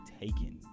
taken